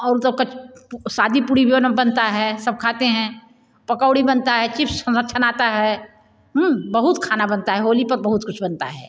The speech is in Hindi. और तो शादी पूड़ी भी बन बनता है सब खाते हैं पकौड़ी बनता हैं चिप्स छनाता है बहुत खाना बनता है होली पर बहुत कुछ बनता हैं